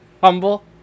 Humble